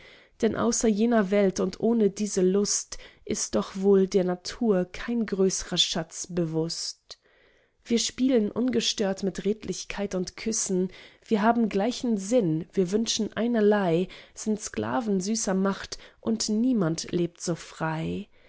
denn außer jener welt und ohne diese lust ist doch wohl der natur kein größrer schatz bewußt wir spielen ungestört mit redlichkeit und küssen wir haben gleichen sinn wir wünschen einerlei sind sklaven süßer macht und niemand lebt so frei